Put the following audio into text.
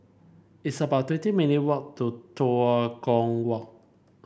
it's about twenty minute walk to Tua Kong Walk